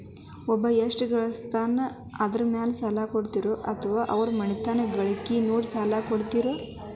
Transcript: ಒಬ್ಬವ ಎಷ್ಟ ಗಳಿಸ್ತಾನ ಅದರ ಮೇಲೆ ಸಾಲ ಕೊಡ್ತೇರಿ ಅಥವಾ ಅವರ ಮನಿತನದ ಗಳಿಕಿ ನೋಡಿ ಸಾಲ ಕೊಡ್ತಿರೋ?